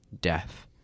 death